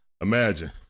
Imagine